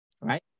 right